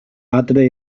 adre